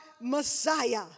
Messiah